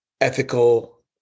ethical